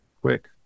quick